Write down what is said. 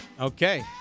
Okay